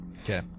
Okay